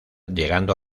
llegando